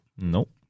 Nope